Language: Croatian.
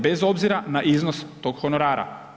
Bez obzira na iznos tog honorara.